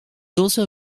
also